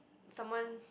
someone